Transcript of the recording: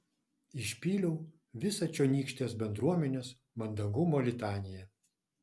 išpyliau visą čionykštės bendruomenės mandagumo litaniją